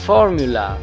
Formula